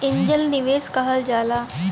angel निवेस कहल जाला